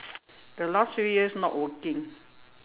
the last few years not working